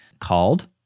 called